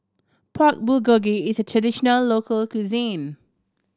Pork Bulgogi is a traditional local cuisine